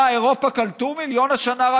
אה, אירופה קלטו מיליון השנה?